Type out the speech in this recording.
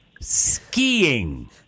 Skiing